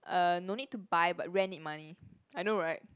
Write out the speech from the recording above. uh no need to buy but rent need money I know right